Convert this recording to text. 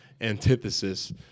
antithesis